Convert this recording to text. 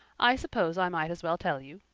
i suppose i might as well tell you.